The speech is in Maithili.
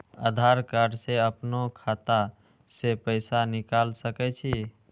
आधार कार्ड से अपनो खाता से पैसा निकाल सके छी?